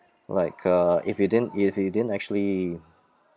like uh if you didn't if you didn't actually